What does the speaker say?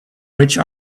which